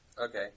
Okay